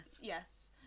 Yes